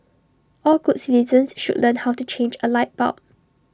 all good citizens should learn how to change A light bulb